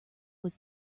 was